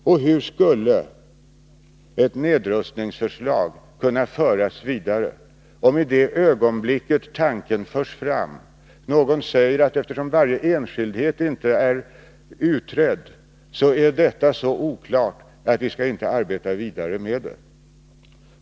Och hur skulle ett nedrustningsförslag kunna föras vidare, omi det ögonblick tanken förs fram någon säger, att eftersom varje enskildhet inte är utredd, är detta så oklart att vi inte kan arbeta vidare med det?